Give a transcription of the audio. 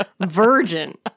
virgin